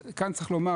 אז כאן צריך לומר